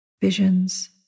visions